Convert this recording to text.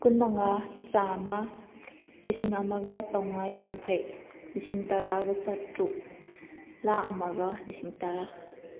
ꯀꯨꯟ ꯃꯉꯥ ꯆꯥꯃ ꯂꯤꯁꯤꯡ ꯑꯃꯒ ꯆꯝꯉꯥ ꯌꯥꯡꯈꯩ ꯂꯤꯁꯤꯡ ꯇꯔꯥꯒ ꯆꯥꯇꯔꯨꯛ ꯂꯥꯛ ꯑꯃꯒ ꯂꯤꯁꯤꯡ ꯇꯔꯥ